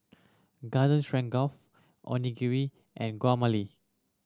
Garden Stroganoff Onigiri and Guacamole